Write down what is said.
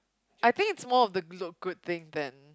I think it's more of the look good thing then